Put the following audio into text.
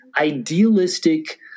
idealistic